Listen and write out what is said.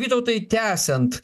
vytautai tęsiant